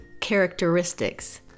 characteristics